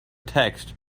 text